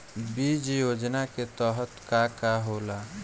बीज योजना के तहत का का होला?